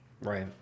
Right